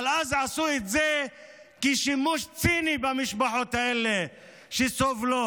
אבל אז, עשו שימוש ציני במשפחות האלה שסובלות,